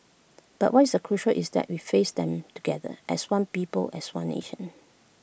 but what is the crucial is that we face them together as one people as one nation